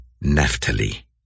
Naphtali